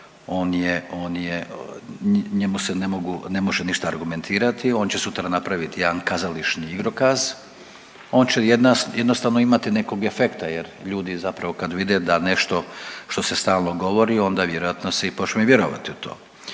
on je njemu se ne može ništa argumentirati. On će sutra napraviti jedan kazališni igrokaz, on će jednostavno imati nekog efekta jer ljudi zapravo kad vide da nešto što se stalno govori onda vjerojatno se i počne vjerovati u to.